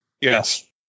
Yes